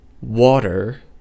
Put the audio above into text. water